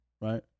right